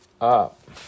up